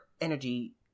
energy